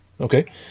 okay